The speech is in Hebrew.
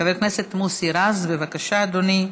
חבר הכנסת מוסי רז, בבקשה, אדוני.